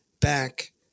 back